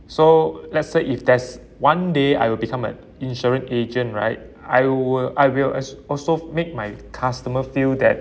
so let's say if there's one day I will become an insurance agent right I will I will as also make my customer feel that